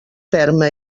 ferma